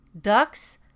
Ducks